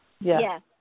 Yes